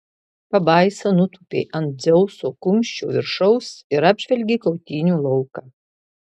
pabaisa nutūpė ant dzeuso kumščio viršaus ir apžvelgė kautynių lauką